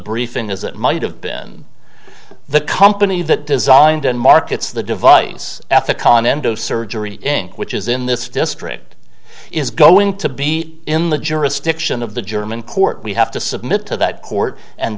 briefing as it might have been the company that designed and markets the device ethicon endo surgery inc which is in this district is going to be in the jurisdiction of the german court we have to submit to that court and